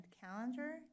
calendar